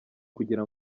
kugira